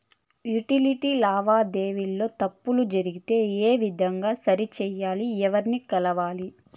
Utility లావాదేవీల లో తప్పులు జరిగితే ఏ విధంగా సరిచెయ్యాలి? ఎవర్ని కలవాలి?